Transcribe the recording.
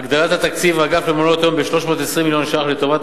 הגדלת תקציב האגף למעונות-יום בכ-320 מיליון ש"ח לטובת